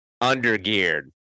under-geared